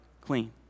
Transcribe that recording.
clean